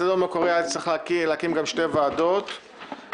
בסדר היום המקורי היה צריך להקים שתי ועדות מיוחדות.